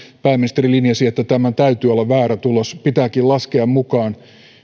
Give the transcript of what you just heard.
pääministeri linjasi että tämän täytyy olla väärä tulos pitääkin laskea mukaan